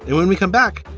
and when we come back.